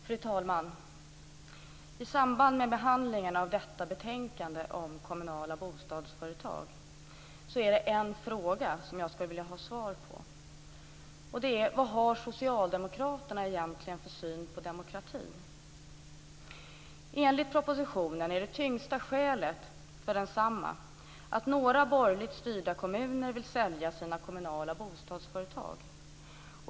Fru talman! I samband med behandlingen av detta betänkande om kommunala bostadsföretag är det en fråga jag skulle vilja ha svar på: Vad har socialdemokraterna egentligen för syn på demokrati? Enligt propositionen är det tyngsta skälet för densamma att några borgerligt styrda kommuner vill sälja sina kommunala bostadsföretag.